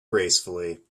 gracefully